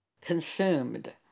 consumed